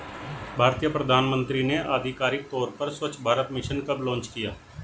भारतीय प्रधानमंत्री ने आधिकारिक तौर पर स्वच्छ भारत मिशन कब लॉन्च किया?